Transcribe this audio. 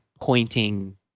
pointing